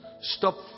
Stop